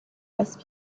basses